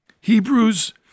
Hebrews